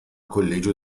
collegio